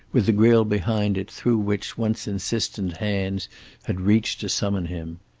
with the grill behind it through which once insistent hands had reached to summon him.